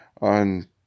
on